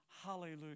Hallelujah